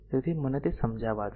તેથી મને તેને સમજાવા દો